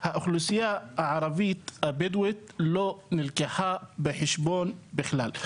האוכלוסייה הערבית הבדואית לא נלקחה בחשבון בכלל.